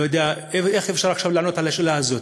אני לא יודע איך אפשר לענות על השאלה הזאת.